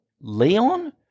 Leon